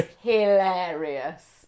hilarious